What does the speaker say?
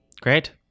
great